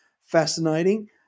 fascinating